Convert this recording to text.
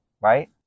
right